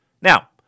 Now